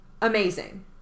Amazing